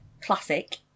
classic